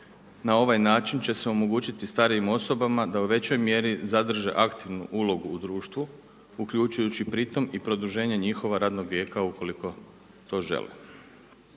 na ovaj način će se omogućiti starijim osobama, da u većoj mjeri zadrže aktivnu ulogu u društvu, uključujući i pri tome, i produženje njihovog radnog vijeka, ukoliko to žele.